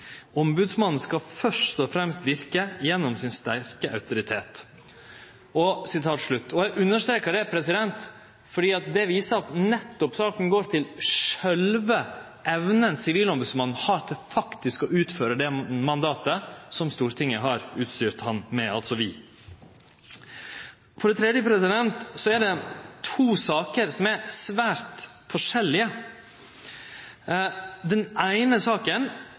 Ombudsmannen skal først og fremst virke gjennom sin sterke autoritet.» Eg understrekar det, for det viser at nettopp saka gjeld sjølve evna Sivilombodsmannen faktisk har til å utføre det mandatet som Stortinget – altså vi – har utstyrt han med. For det tredje gjeld dette to saker som er svært forskjellige. Den